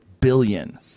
billion